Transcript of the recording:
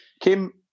Kim